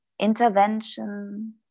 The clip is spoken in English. intervention